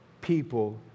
people